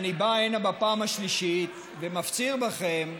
אני בא הנה בפעם השלישית ומפציר בכם,